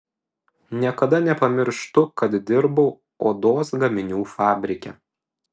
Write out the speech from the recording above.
niekada nepamirštu kad dirbau odos gaminių fabrike